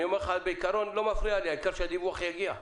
בעיקרון לא מפריע לי, העיקר שהדיווח יגיע,